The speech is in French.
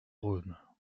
rhône